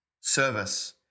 service